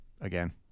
Again